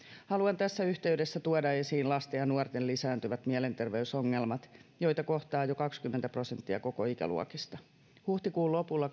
haluan tässä yhteydessä tuoda esiin lasten ja nuorten lisääntyvät mielenterveysongelmat joita kohtaa jo kaksikymmentä prosenttia ikäluokista huhtikuun lopulla